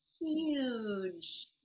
huge